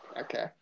Okay